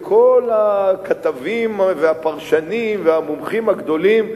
בין כל הכתבים והפרשנים והמומחים הגדולים,